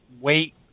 wait